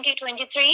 2023